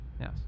Yes